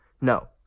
No